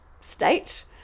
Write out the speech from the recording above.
state